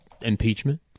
impeachment